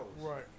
Right